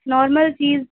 normal چیز